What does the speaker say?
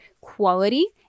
quality